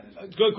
good